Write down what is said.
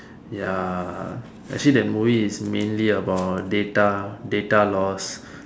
ya actually that movie is mainly about data data loss